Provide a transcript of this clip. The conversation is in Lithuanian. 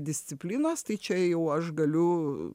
disciplinos tai čia jau aš galiu